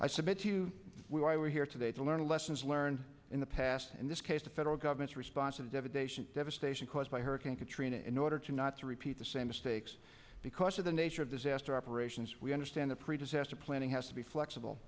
i submit to you we why we're here today to learn the lessons learned in the past in this case the federal government's response and devastation devastation caused by hurricane katrina in order to not to repeat the same mistakes because of the nature of disaster operations we understand the pre disaster planning has to be flexible